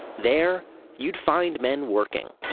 there you'd find men working